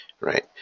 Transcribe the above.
right